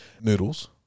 noodles